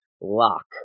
lock